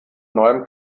neuem